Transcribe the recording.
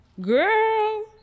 girl